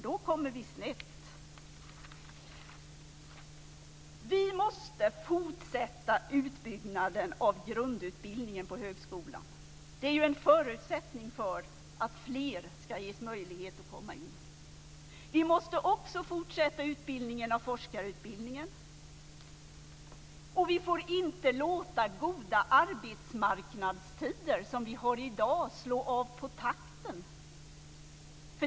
Då kommer vi snett. Vi måste fortsätta utbyggnaden av grundutbildningen på högskolan. Det är ju en förutsättning för att fler ska ges möjlighet att komma in. Vi måste också fortsätta utbildningen av forskare, och vi får inte låta goda arbetsmarknadstider, sådana som vi har i dag, betyda att vi slår av på takten.